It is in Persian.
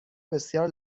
بسیار